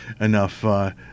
enough